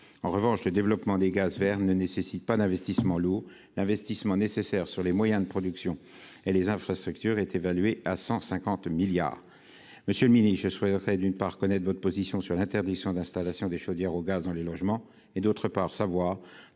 En revanche, le développement des gaz verts ne nécessite pas d'investissements lourds : l'investissement nécessaire sur les moyens de production et les infrastructures est évalué à 150 milliards d'euros. Monsieur le ministre, je souhaiterais connaître la position du Gouvernement sur l'interdiction d'installer des chaudières au gaz dans les logements et savoir